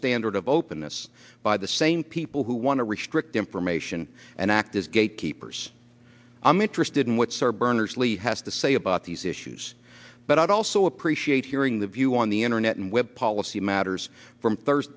standard of openness by the same people who want to restrict information and act as gatekeepers i'm interested in what sir bernard lee has to say about these issues but i also appreciate hearing the view on the internet and web policy matters from th